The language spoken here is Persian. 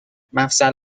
مفصل